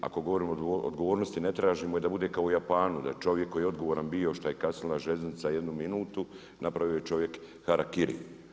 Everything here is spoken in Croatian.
A ako govorimo o odgovornosti ne tražimo da bude kao u Japanu da čovjek koji je odgovoran bio šta je kasnila željeznica jednu minutu napravio je čovjek harakiri.